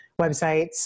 websites